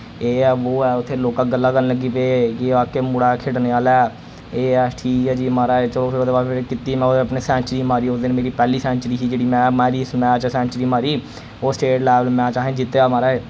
एह् ऐ बो ऐ उत्थै लोकां गल्लां करन लग्गी पे कि वाकई मुड़ा खेढने आह्ला ऐ एह् ऐ ठीक ऐ जी मराज चो फिर ओह्दे बाद फिर मैं कीती मैं ओह्दे अपनी सैंचरी मारी उसदिन मेरी पैह्ली सैंचरी ही च सैंचरी मारी ओह् स्टेट लैवल मैच असें जित्तेय माराज